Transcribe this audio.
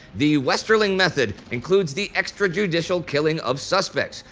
the westerling method includes the extra-judicial killing of suspects.